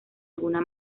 alguna